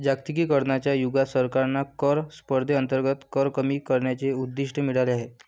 जागतिकीकरणाच्या युगात सरकारांना कर स्पर्धेअंतर्गत कर कमी करण्याचे उद्दिष्ट मिळाले आहे